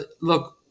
look